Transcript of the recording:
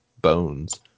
bones